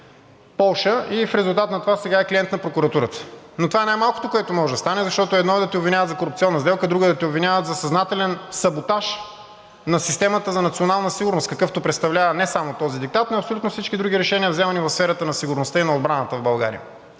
и в резултат на това сега е клиент на прокуратурата. Но това е най-малкото, което може да стане, защото едно е да те обвиняват за корупционна сделка, друго е да те обвиняват за съзнателен саботаж на системата за национална сигурност, какъвто представлява не само този диктат, но и абсолютно всички други решения, вземани в сферата на сигурността и на отбраната в България.